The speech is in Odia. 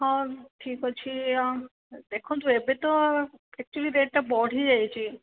ହଁ ଠିକ୍ ଅଛି ଦେଖନ୍ତୁ ଏବେ ତ ଏକଚ୍ୟୋଲି ରେଟ୍ ଟା ବଢ଼ିଯାଇଛି